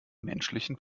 menschlichen